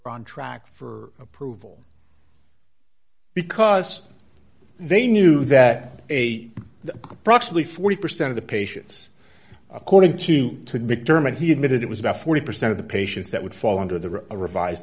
on track for approval because they knew that a the approximately forty percent of the patients according to the mcdermott he admitted it was about forty percent of the patients that would fall under the a revised